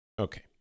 okay